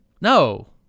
No